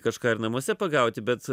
kažką ir namuose pagauti bet